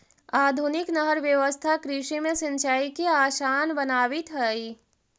आधुनिक नहर व्यवस्था कृषि में सिंचाई के आसान बनावित हइ